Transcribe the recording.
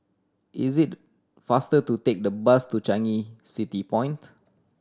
is it faster to take the bus to Changi City Point